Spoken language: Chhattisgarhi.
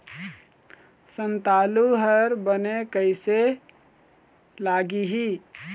संतालु हर बने कैसे लागिही?